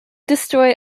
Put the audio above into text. destroy